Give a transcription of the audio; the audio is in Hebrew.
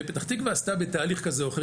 ופתח תקווה עשתה בתהליך כזה או אחר,